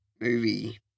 movie